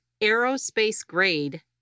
aerospace-grade